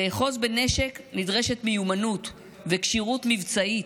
כדי לאחוז בנשק נדרשת מיומנות וכשירות מבצעית,